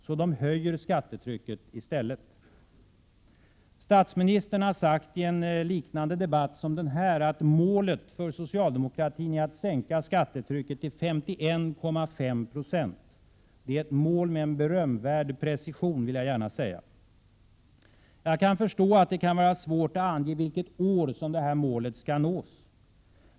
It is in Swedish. Och så höjer de skattetrycket i stället. Statsministern har sagt i en debatt liknande denna att målet för socialdemokratin är att sänka skattetrycket till 51,5 90. Det är ett mål med berömvärd precision, vill jag gärna säga. Jag kan förstå att det kan vara svårt att ange vilket år det målet skall nås.